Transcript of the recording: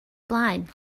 blaen